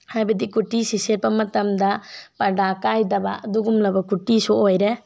ꯍꯥꯏꯕꯗꯤ ꯀꯨꯔꯇꯤꯁꯤ ꯁꯦꯠꯄ ꯃꯇꯝꯗ ꯄꯥꯔꯗꯥ ꯀꯥꯏꯗꯕ ꯑꯗꯨꯒꯨꯝꯂꯕ ꯀꯨꯔꯇꯤꯁꯨ ꯑꯣꯏꯔꯦ